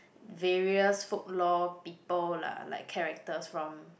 various folklore people lah like characters from